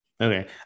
Okay